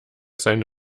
seine